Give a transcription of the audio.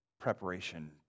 preparation